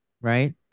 right